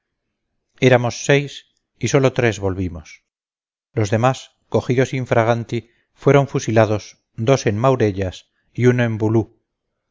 éramos seis y sólo tres volvimos los demás cogidos in fraganti fueron fusilados dos en maurellas y uno en boulou